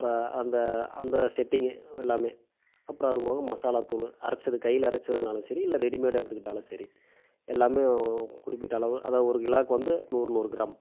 அப்றம் அந்த அந்த செட்டிங் எல்லாம் அப்றம் அது போக மசாலாத்தூள் அரைத்தது கையில் அரைத்ததுனாலும் சரி இல்லை ரெடிமேடாக எடுத்துக்கிட்டாலும் சரி எல்லாம் குறிப்பிட்ட அளவு அதாவது ஒரு கிலோவுக்கு வந்து நூறு நூறு கிராம்